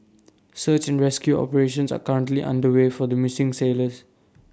search and rescue operations are currently underway for the missing sailors